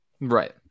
Right